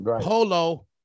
Polo